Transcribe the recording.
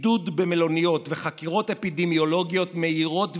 בידוד במלוניות וחקירות אפידמיולוגית מהירות ויעילות,